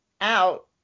out